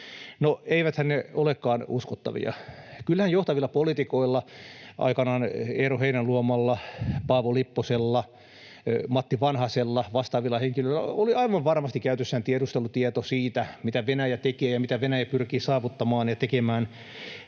eiväthän ne olekaan uskottavia. Kyllähän johtavilla poliitikoilla, aikanaan Eero Heinäluomalla, Paavo Lipposella, Matti Vanhasella, vastaavilla henkilöillä, oli aivan varmasti käytössään tiedustelutieto siitä, mitä Venäjä tekee ja mitä Venäjä pyrkii saavuttamaan ja tekemään,